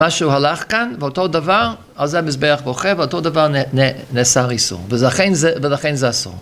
‫משהו הלך כאן, ואותו דבר, ‫אז המזבח בוכה, ‫ואותו דבר נעשה ריסון, ‫ולכן זה אסור.